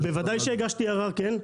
בוודאי שהגשתי ערר, כן.